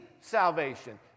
salvation